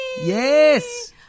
Yes